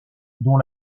dont